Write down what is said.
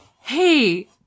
Hey